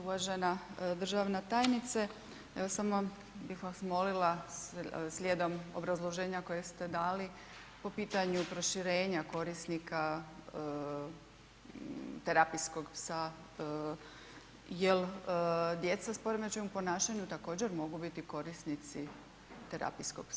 Uvažena državna tajnice, evo samo bih vas molila slijedom obrazloženja kojeg ste dali po pitanju proširenja korisnika terapijskog psa, jel djeca s poremećajem u ponašanju također mogu biti korisnici terapijskog psa?